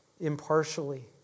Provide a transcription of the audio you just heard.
impartially